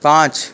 পাঁচ